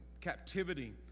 captivity